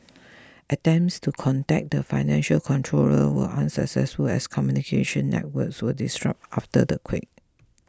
attempts to contact the financial controller were unsuccessful as communication networks were disrupted after the quake